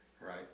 right